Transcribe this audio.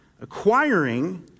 acquiring